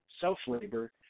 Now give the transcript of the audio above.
self-labor